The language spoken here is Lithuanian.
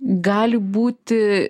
gali būti